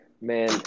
Man